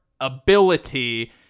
Ability